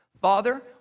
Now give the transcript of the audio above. Father